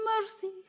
mercy